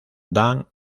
dan